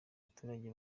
abaturage